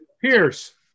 Pierce